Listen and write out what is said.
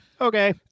Okay